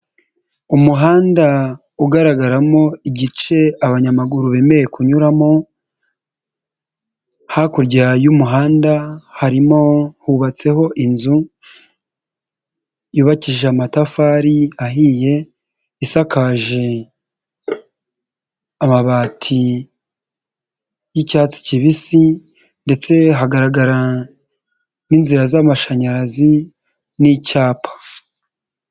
Umuhanda ugaragaramo igice abanyamaguru bemewe kunyuramo, hakurya y'umuhanda harimo hubatseho inzu yubakishije amatafari ahiye, isakaje amabati y'icyatsi kibisi ndetse hagaragara n'inzira z'amashanyarazi n'icyapa.